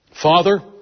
Father